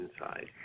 inside